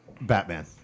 Batman